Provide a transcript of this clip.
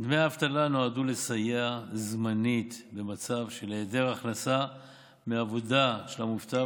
דמי האבטלה נועדו לסייע זמנית במצב של היעדר הכנסה מעבודה של המובטל,